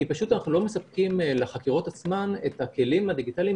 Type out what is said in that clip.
כי פשוט אנחנו לא מספקים לחקירות עצמן את הכלים הדיגיטליים